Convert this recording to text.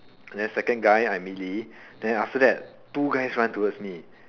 then second guy I melee then after that two guys run towards me